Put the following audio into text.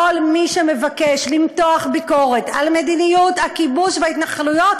כל מי שמבקש למתוח ביקורת על מדיניות הכיבוש וההתנחלויות,